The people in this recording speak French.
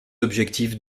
objectifs